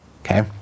Okay